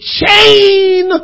chain